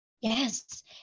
Yes